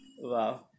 Wow